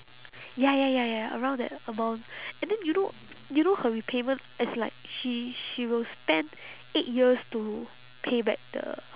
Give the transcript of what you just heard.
ya ya ya ya around that amount and then you know you know her repayment as in like she she will spend eight years to pay back the